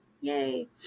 Yay